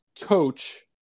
coach